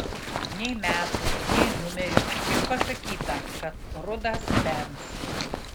nei metų nei numerių tik pasakyta kad rudas benz